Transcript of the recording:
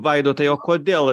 vaidotai o kodėl